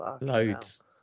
Loads